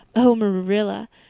oh, marilla,